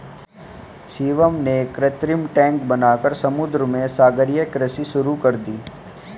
शिवम ने कृत्रिम टैंक बनाकर समुद्र में सागरीय कृषि शुरू कर दी